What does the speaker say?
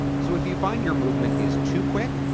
so if you find your movement is too quick,